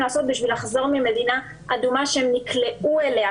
לעשות כדי לחזור ממדינה אדומה שהם נקלעו אליה.